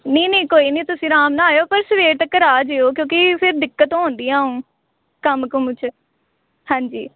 ਨਹੀਂ ਨਹੀਂ ਕੋਈ ਨਹੀਂ ਤੁਸੀਂ ਆਰਾਮ ਨਾਲ ਆਇਓ ਪਰ ਸਵੇਰ ਤੱਕ ਆ ਜਿਓ ਕਿਉਂਕਿ ਫੇਰ ਦਿੱਕਤ ਹੋਣ ਡਈ ਊਂ ਕੰਮ ਕੁਮ 'ਚ ਹਾਂਜੀ